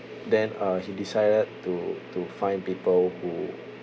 then uh he decided to to find people who